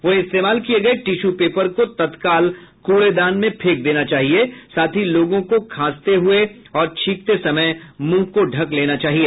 वहीं इस्तेमाल किए गए टिशू पेपर को तत्काल कूड़ेदान में फेंक देना चाहिए साथ ही लोगों को खांसते और छिंकते समय मृंह को ढंक लेना चाहिए